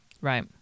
Right